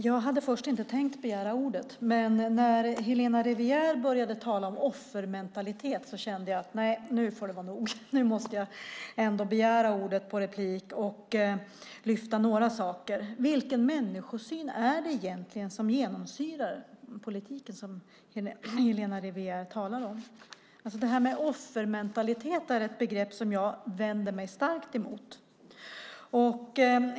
Fru talman! Jag hade inte tänkt begära ordet, men när Helena Rivière började tala om offermentalitet kände jag att det fick vara nog och att jag ändå måste begära replik för att lyfta fram några saker. Vilken människosyn genomsyrar egentligen den politik som Helena Rivière talar om? Offermentalitet är ett begrepp som jag vänder mig starkt emot.